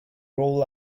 role